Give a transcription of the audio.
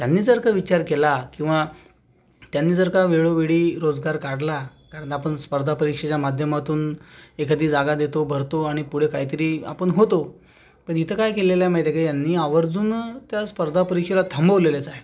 त्यांनी जर का विचार केला किंवा त्यांनी जर का वेळोवेळी रोजगार काढला तर आपण स्पर्धापरीक्षेच्या माध्यमातून एखादी जागा घेतो भरतो आणि पुढे काहीतरी आपण होतो पण इथं काय केलेलं आहे माहित काय का यांनी आवर्जून त्या स्पर्धापरीक्षेला थांबवलेलंच आहे